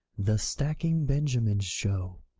the stacking benjamin show,